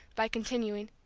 by continuing,